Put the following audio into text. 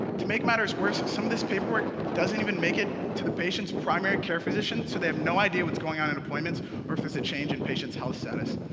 to make matters worse, some of this paperwork doesn't even make it to the patient's primary-care physician, so they have no idea what's going on in appointments or if there's a change in patient's health status.